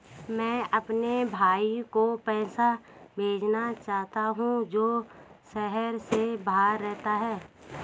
मैं अपने भाई को पैसे भेजना चाहता हूँ जो शहर से बाहर रहता है